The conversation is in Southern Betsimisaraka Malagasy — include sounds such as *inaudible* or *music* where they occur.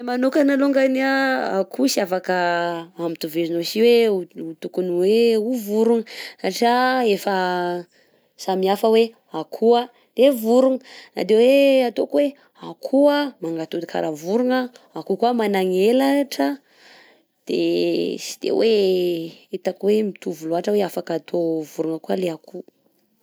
Aminay manokana alongany a akoho tsy afaka ampitovizinao sy hoe ho ho tokony hoe ho vorogna satria efa samy hafa hoe akoho a de vorogna, na de hoe ataoko hoe akoho a mangatody kara vorogna, akoho koà managnelatra de *hesitation* tsy de hoe hitako hoe mitovy loatra hoe afaka atao vorogna koà le akoho.